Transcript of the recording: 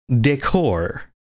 decor